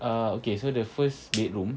err okay so the first bedroom